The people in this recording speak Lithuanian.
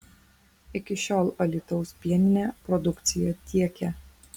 iki šiol alytaus pieninė produkciją tiekė